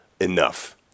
enough